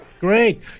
Great